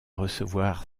recevoir